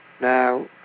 Now